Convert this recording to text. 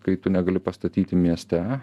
kai tu negali pastatyti mieste